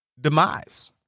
demise